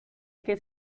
que